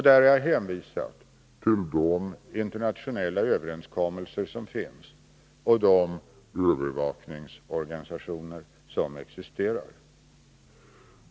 Där har jag hänvisat till de internationella överenskommelser som finns och de övervakningsorganisationer som existerar.